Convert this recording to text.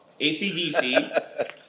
ACDC